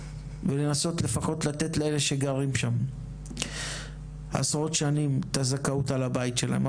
ולנסות לפחות לתת לאלה שגרים שם עשרות שנים את הזכאות על הבית שלהם.